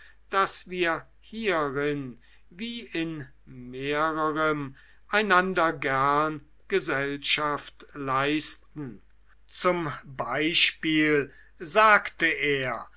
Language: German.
daß wir hierin wie in mehrerem einander gern gesellschaft leisten zum beispiel sagte er